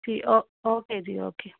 ਜੀ ਓ ਓਕੇ ਜੀ ਓਕੇ